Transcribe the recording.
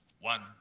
One